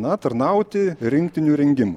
na tarnauti rinktinių rengimui